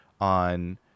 on